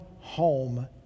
home